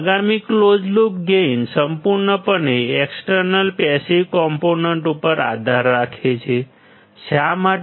આગામી close loop gain સંપૂર્ણપણે external passive components ઉપર આધાર રાખે છે શા માટે